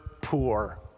poor